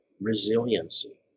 resiliency